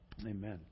Amen